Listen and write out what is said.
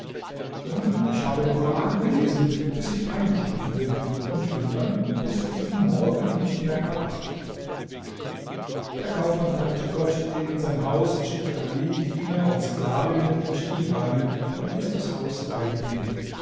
nein ich habe im koran gelesen bis ich eingeschlafen bin und bin dann bis diesen morgen nicht mehr erwacht der kaufmann dankte gott ging in sein haus und schickte all diener und sklavinnen und divane und ließ das haus reinigen